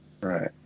Right